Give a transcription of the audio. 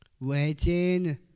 waiting